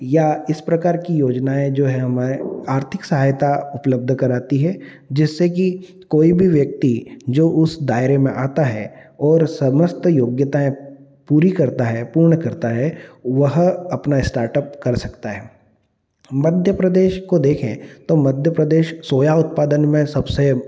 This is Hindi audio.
या इस प्रकार की योजनाएँ जो है हमारे आर्थिक सहायता उपलब्ध कराती हैं जिससे कि कोई भी व्यक्ति जो उस दायरे में आता है और समस्त योग्यताएँ पूरी करता है पूर्ण करता है वह अपना स्टार्टअप कर सकता है मध्य प्रदेश को देखें तो मध्य प्रदेश सोया उत्पादन में सबसे